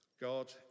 God